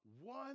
one